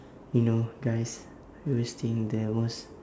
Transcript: you know guys we always think the most